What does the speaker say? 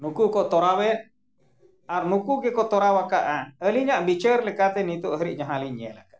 ᱱᱩᱠᱩ ᱠᱚ ᱛᱚᱨᱟᱣᱮᱫ ᱟᱨ ᱱᱩᱠᱩ ᱜᱮᱠᱚ ᱛᱚᱨᱟᱣᱟᱠᱟᱜᱼᱟ ᱟᱹᱞᱤᱧᱟᱜ ᱵᱤᱪᱟᱹᱨ ᱞᱮᱠᱟᱛᱮ ᱱᱤᱛᱳᱜ ᱦᱟᱹᱨᱤᱡ ᱡᱟᱦᱟᱸ ᱞᱤᱧ ᱧᱮᱞ ᱟᱠᱟᱜᱼᱟ